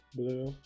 blue